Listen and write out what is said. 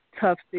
tough